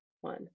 one